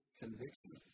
conviction